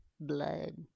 blood